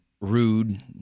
rude